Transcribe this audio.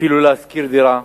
אפילו לשכור דירה.